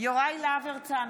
יוראי להב הרצנו,